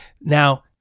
now